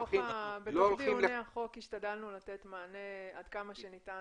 בתוך דיוני החוק השתדלנו לתת לאוכלוסיות השונות מענה עד כמה שניתן